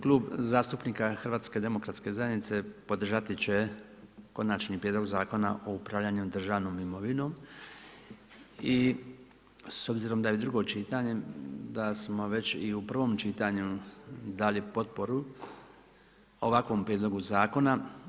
Klub zastupnika HDZ-a podržati će Konačni prijedlog Zakona o upravljanju državnom imovinom i s obzirom da je drugo čitanje da smo već i u prvom čitanju dali potporu ovakvom prijedlogu zakona.